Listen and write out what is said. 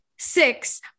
Six